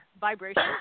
vibration